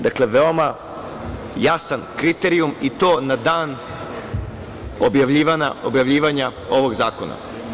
Dakle, veoma jasan kriterijum i to na dan objavljivanja ovog zakona.